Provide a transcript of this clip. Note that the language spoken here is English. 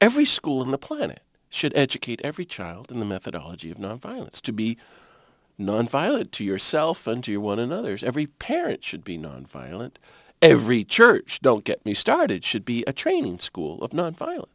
every school in the planet should educate every child in the methodology of nonviolence to be nonviolent to yourself and you one another's every parent should be nonviolent every church don't get me started should be a training school of nonviolen